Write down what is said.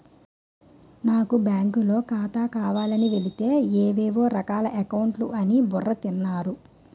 నాకు బాంకులో ఖాతా కావాలని వెలితే ఏవేవో రకాల అకౌంట్లు అని బుర్ర తిన్నారు